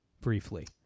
briefly